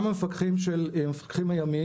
בנוסף לזה אנחנו חושבים שגם המפקחים הימיים